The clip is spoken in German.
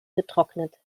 getrocknet